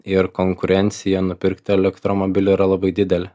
ir konkurencija nupirkti elektromobilių yra labai didelė